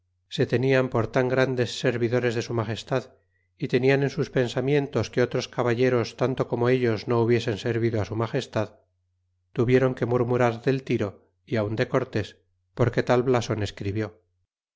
se tenian por tan grandes servidores de su viagestad y tenían en sus pensamientos que otros caballeros tanto como ellos no hubiesen servido su magestad tuvieron que murmurar del tiro y aun de cortés porque tal blason escribió